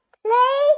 play